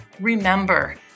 remember